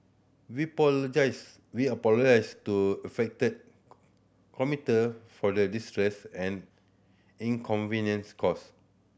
we we are apologise to affected commuter for the distress and inconvenience caused